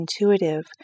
intuitive